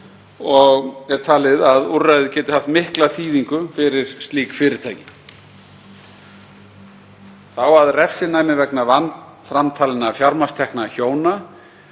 og er talið að úrræðið geti haft mikla þýðingu fyrir slík fyrirtæki. Þá að refsinæmi vegna vanframtalinna fjármagnstekna hjóna.